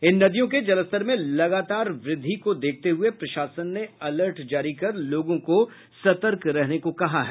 इन नदियों के जलस्तर में लगातार वृद्धि को देखते हुये प्रशासन ने अलर्ट जारी कर लोगों को सतर्क रहने को कहा है